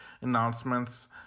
announcements